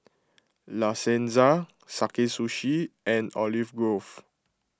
La Senza Sakae Sushi and Olive Grove